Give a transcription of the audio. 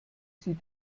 sie